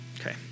Okay